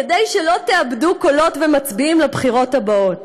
כדי שלא תאבדו קולות ומצביעים לבחירות הבאות.